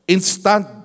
Instant